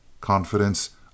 confidence